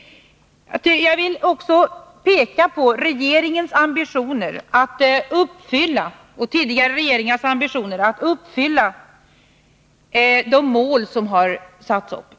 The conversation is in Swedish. Jag vill också peka på den nuvarande regeringens och tidigare regeringars ambitioner att uppfylla de mål som har satts upp.